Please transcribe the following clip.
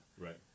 Right